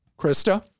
Krista